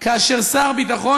כאשר שר הביטחון,